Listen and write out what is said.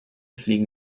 fliegen